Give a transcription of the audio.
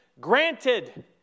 granted